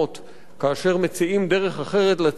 כאשר מציעים דרך אחרת לציבור,